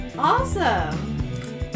Awesome